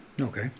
Okay